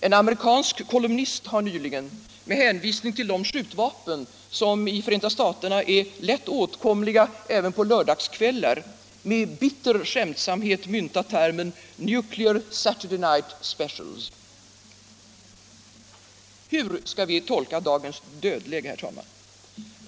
En amerikansk kolumnist har nyligen, med hänvisning till de skjutvapen som i Förenta staterna är lätt åtkomliga, även på lördagskvällar, med bitter skämtsamhet myntat termen Nuclear Saturday Night Specials. Hur skall vi tolka dagens dödläge, herr talman?